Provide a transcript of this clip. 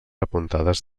apuntades